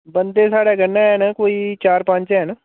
बंदे साढ़ै कन्नै हैन कोई चार पंज हैन